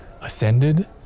ascended